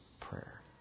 prayer